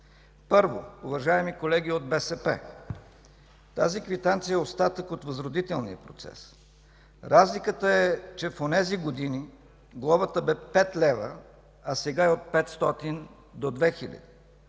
Първо, уважаеми колеги от БСП, тази квитанция е остатък от Възродителния процес. Разликата е, че в онези години глобата бе 5 лева, а сега е от 500 до 2